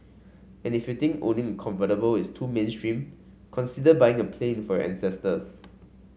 and if you think owning a convertible is too mainstream consider buying a plane for your ancestors